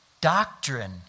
doctrine